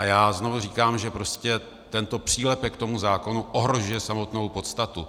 Já znovu říkám, že prostě tento přílepek k tomuto zákonu ohrožuje samotnou podstatu.